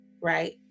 right